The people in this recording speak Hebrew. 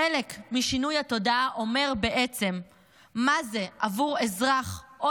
חלק משינוי התודעה אומר בעצם מה זה עבור אזרח או